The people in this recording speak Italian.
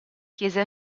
chiese